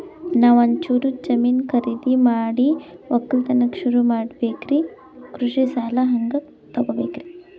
ನಾ ಒಂಚೂರು ಜಮೀನ ಖರೀದಿದ ಮಾಡಿ ಒಕ್ಕಲತನ ಸುರು ಮಾಡ ಬೇಕ್ರಿ, ಕೃಷಿ ಸಾಲ ಹಂಗ ತೊಗೊಬೇಕು?